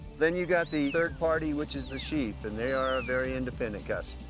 then you got the third party which is the sheep, and they are very independent class.